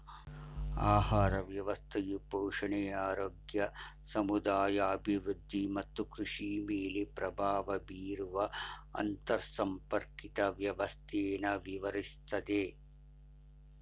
ಆಹಾರ ವ್ಯವಸ್ಥೆಯು ಪೋಷಣೆ ಆರೋಗ್ಯ ಸಮುದಾಯ ಅಭಿವೃದ್ಧಿ ಮತ್ತು ಕೃಷಿಮೇಲೆ ಪ್ರಭಾವ ಬೀರುವ ಅಂತರ್ಸಂಪರ್ಕಿತ ವ್ಯವಸ್ಥೆನ ವಿವರಿಸ್ತದೆ